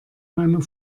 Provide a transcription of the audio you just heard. meiner